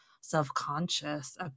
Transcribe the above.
self-conscious